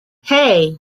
hey